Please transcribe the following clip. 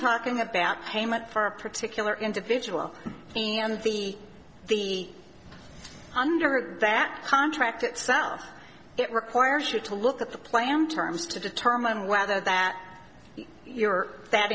talking about payment for a particular individual and the the under that contract itself it requires you to look at the plan terms to determine whether that you or that